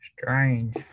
Strange